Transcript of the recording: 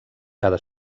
cada